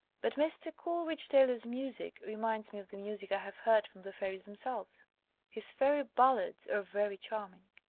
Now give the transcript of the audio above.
but mr. coleridge-taylor's music reminds me of the music i have heard from the fairies themselves his fairy ballads are very charm ing.